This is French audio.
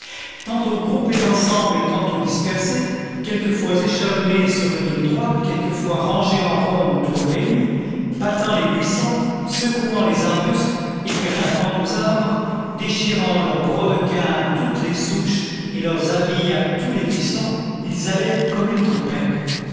tantôt groupés ensemble et tantôt dispersés quelquefois échelonnés sur une ligne droite quelquefois rangés en rond autour de l'ennemi battant les buissons secouant les arbustes grimpant aux arbres déchirant leurs brodequins à toutes les souches et leurs habits à tous les buissons ils allaient comme une tempête